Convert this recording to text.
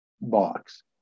box